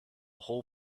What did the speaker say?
whole